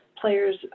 players